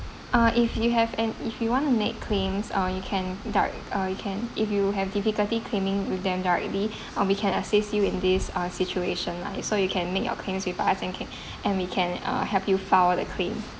ah if you have an if you want to make claims ah you can direct you can if you have difficulty claiming with them directly ah we can assist you in this ah situation lah it's so you can make your claims with us and we can uh help you file the claim